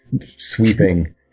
sweeping